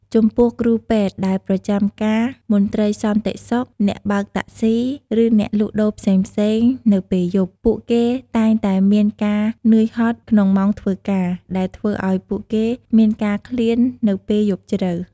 ចំពោះគ្រូពេទ្យដែលប្រចាំការ មន្ត្រីសន្តិសុខ អ្នកបើកតាក់ស៊ី ឬអ្នកលក់ដូរផ្សេងៗនៅពេលយប់ ពួកគេតែងតែមានការនើយហត់ក្នុងម៉ោងធ្វើការ ដែលធ្វើឱ្យពួកគេមានការឃ្លាននៅពេលយប់ជ្រៅ។